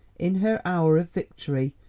in her hour of victory,